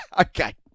Okay